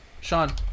Sean